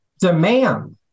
demand